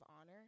honor